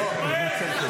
לא, תתנצל.